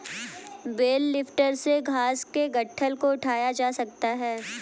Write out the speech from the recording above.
bell lifter से घास के गट्ठल को उठाया जा सकता है